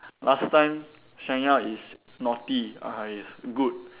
last time Seng Yang is naughty Ah Hai is good